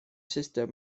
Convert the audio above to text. sister